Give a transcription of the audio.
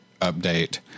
update